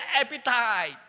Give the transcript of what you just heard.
appetite